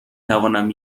توانم